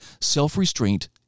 self-restraint